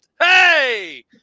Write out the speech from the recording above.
hey